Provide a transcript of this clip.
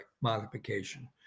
modification